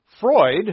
Freud